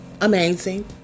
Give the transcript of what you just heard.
amazing